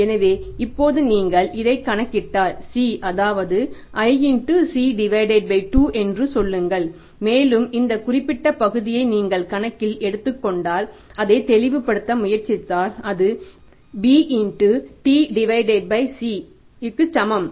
எனவே இப்போது நீங்கள் இதைத் கணக்கிட்டால் C அதாவது iC 2 என்று சொல்லுங்கள் மேலும் இந்த குறிப்பிட்ட பகுதியை நீங்கள் கணக்கில் எடுத்துக் கொண்டால் அதை தெளிவுபடுத்த முயற்சித்தால் அது b T C க்கு சமம்